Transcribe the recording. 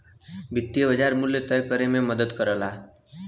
वित्तीय बाज़ार मूल्य तय करे में मदद करला